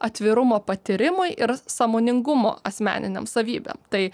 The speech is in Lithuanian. atvirumo patyrimui ir sąmoningumo asmeninėm savybėm tai